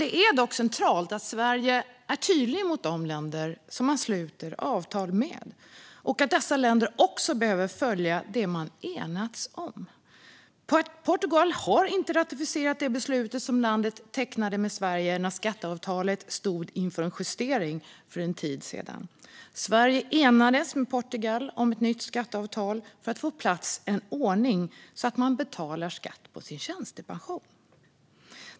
Det är dock centralt att Sverige är tydligt mot de länder som man sluter avtal med och att dessa länder också behöver följa det man enats om. Portugal har inte ratificerat det beslut som landet tecknade med Sverige när skatteavtalet stod inför en justering för en tid sedan. Sverige enades med Portugal om ett nytt skatteavtal för att få på plats en ordning där man betalar skatt på sin tjänstepension.